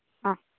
ആ